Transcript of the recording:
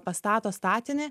pastato statinį